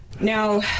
Now